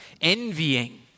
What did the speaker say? envying